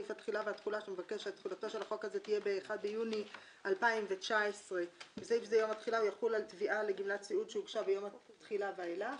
סעיף התחילה והתחולה שמבקש שתחולתו של החוק הזה יהיה ב-1 ביוני 2019. בסעיף זה יום התחילה יחול על תביעה לגמלת סיעוד שהוגשה ביום התחילה ואילך.